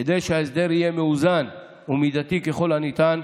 כדי שההסדר יהיה מאוזן ומידתי ככל הניתן,